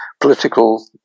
political